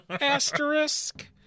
asterisk